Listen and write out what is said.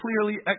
clearly